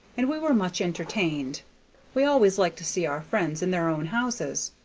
and we were much entertained we always liked to see our friends in their own houses.